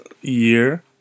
year